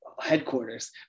headquarters